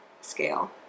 scale